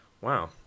Wow